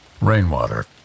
rainwater